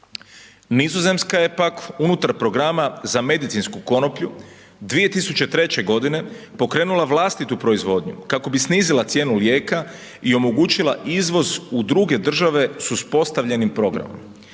Nizozemska je, pak, unutar programa za medicinsku konoplju 2003.g. pokrenula vlastitu proizvodnju kako bi snizila cijenu lijeka i omogućila izvoz u druge države s uspostavljenim programom.